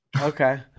Okay